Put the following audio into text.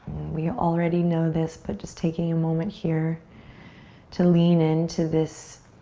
we already know this but just taking a moment here to lean into this